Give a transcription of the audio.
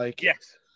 Yes